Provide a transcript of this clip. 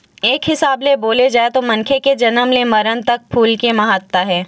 एक हिसाब ले बोले जाए तो मनखे के जनम ले मरन तक फूल के महत्ता हे